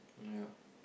yeah